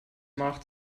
mach